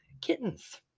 kittens